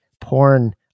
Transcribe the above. porn